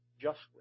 justly